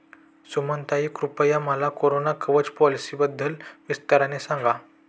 सुमनताई, कृपया मला कोरोना कवच पॉलिसीबद्दल विस्ताराने सांगा